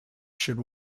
should